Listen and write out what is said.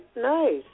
Nice